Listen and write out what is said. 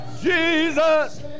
Jesus